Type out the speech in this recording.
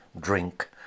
drink